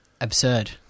absurd